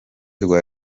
rwa